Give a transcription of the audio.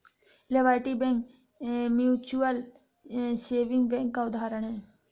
liberty Bank mutual saving bank का उदाहरण है